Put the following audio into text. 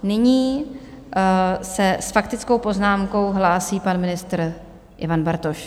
Nyní se s faktickou poznámkou hlásí pan ministr Ivan Bartoš.